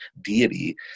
deity